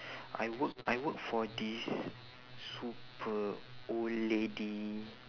I work I work for this super old lady